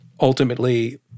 ultimately